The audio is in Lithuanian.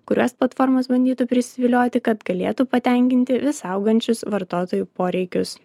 kuriuos platformos bandytų prisivilioti kad galėtų patenkinti vis augančius vartotojų poreikius